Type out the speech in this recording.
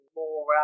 more